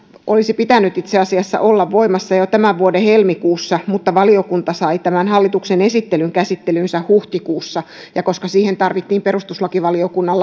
olisi pitänyt itse asiassa olla voimassa jo tämän vuoden helmikuussa mutta valiokunta sai tämän hallituksen esityksen käsittelyynsä huhtikuussa ja koska siihen tarvittiin perustuslakivaliokunnan